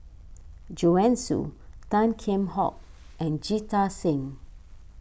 Joanne Soo Tan Kheam Hock and Jita Singh